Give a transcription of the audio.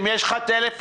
האמת, יש לך הערות?